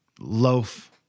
loaf